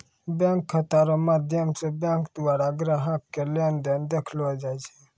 bank खाता रो माध्यम से बैंक द्वारा ग्राहक के लेन देन देखैलो जाय छै